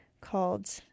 called